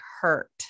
hurt